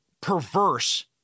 perverse